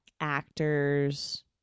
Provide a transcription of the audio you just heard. actors